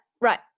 Right